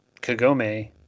Kagome